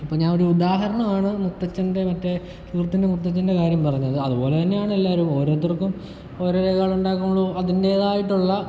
ഇപ്പം ഞാനൊരു ഉദാഹരണമാണ് മുത്തച്ഛൻ്റെ മറ്റേ സുഹൃത്തിൻ്റെ മുത്തച്ഛൻ്റെ കാര്യം പറഞ്ഞത് അതുപോലെ തന്നെയാണ് എല്ലാവരും ഓരോരുത്തർക്കും ഓരോ രേഖകളുണ്ടാക്കുമ്പോളും അതിൻറ്റേതായിട്ടുള്ള